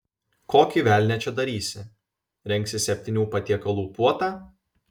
kokį velnią čia darysi rengsi septynių patiekalų puotą